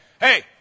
Hey